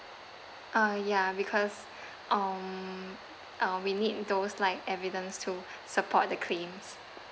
uh ya because um uh we need those like evidence to support the claims